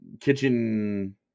kitchen